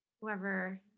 whoever